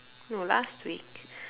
no last week